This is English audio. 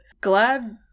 glad